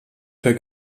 per